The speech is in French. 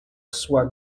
soit